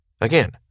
Again